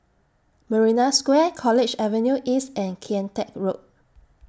Marina Square College Avenue East and Kian Teck Road